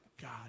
God